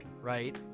right